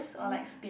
ya